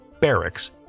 barracks